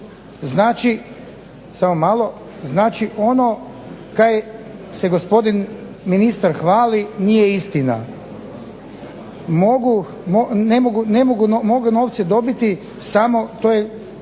sam zvao HAMAG znači ono kaj se gospodin ministar hvali nije istina. Mogu novce dobiti i to je